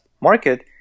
market